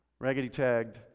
raggedy-tagged